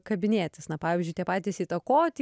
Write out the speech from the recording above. kabinėtis na pavyzdžiui tie patys įtakoti